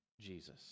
Jesus